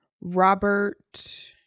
Robert